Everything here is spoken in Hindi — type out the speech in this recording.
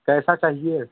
कैसा चाहिए